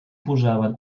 posaven